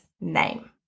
name